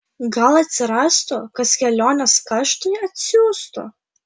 gal atsirastų kas kelionės kaštui atsiųstų